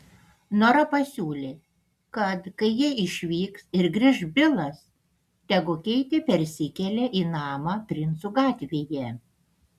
nora pasiūlė kad kai jie išvyks ir grįš bilas tegu keitė persikelia į namą princų gatvėje